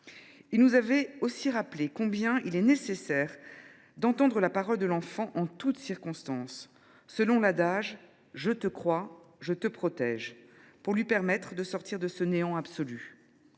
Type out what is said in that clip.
Il nous a aussi rappelé combien il est nécessaire d’entendre la parole de l’enfant en toutes circonstances, selon l’adage « je te crois, je te protège », pour lui permettre de sortir de ce néant absolu.